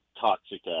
toxic